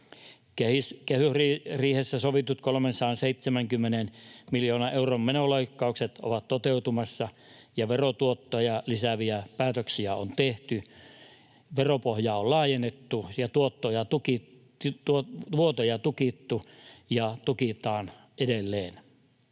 Kehysriihessä sovitut 370 miljoonan euron menoleikkaukset ovat toteutumassa, ja verotuottoja lisääviä päätöksiä on tehty, veropohjaa on laajennettu ja vuotoja tukittu ja tukitaan edelleen.